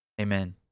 Amen